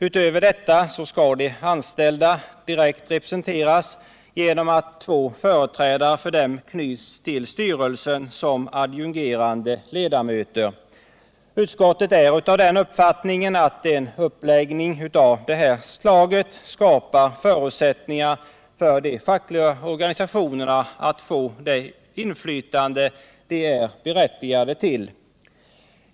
Utöver detta skall de anställda direkt representeras genom att två företrädare för dem knyts till styrelsen som adjungerande ledamöter. Utskottet är av den uppfattningen att en uppläggning av det här slaget skapar förutsättningar för de fackliga organisationerna att få det inflytande de är berättigade till.